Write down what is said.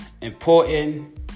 important